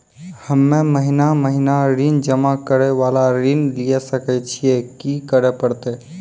हम्मे महीना महीना ऋण जमा करे वाला ऋण लिये सकय छियै, की करे परतै?